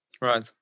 Right